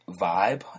vibe